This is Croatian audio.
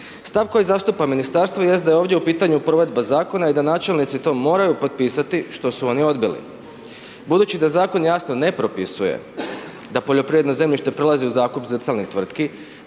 Stav koji zastupa ministarstvo, jest da je ovdje u pitanju provedba zakona i da načelnici to moraju potpisati, što su oni odbili. Budući da zakon jasno ne propisuje da poljoprivredno zemljište prelazi u zakup zrcalnih tvrtki,